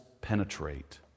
penetrate